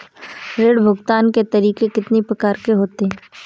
ऋण भुगतान के तरीके कितनी प्रकार के होते हैं?